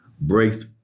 breaks